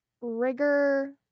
rigor